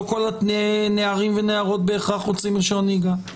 לא כל הנערים והנערות בהכרח רוצים רישיון נהיגה,